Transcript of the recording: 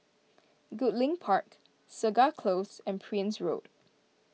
Goodlink Park Segar Close and Prince Road